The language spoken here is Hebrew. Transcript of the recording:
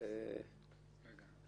אני